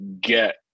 get